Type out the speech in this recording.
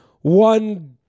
one